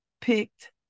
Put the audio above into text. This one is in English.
picked